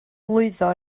lwyddo